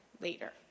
later